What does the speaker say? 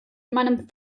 meinem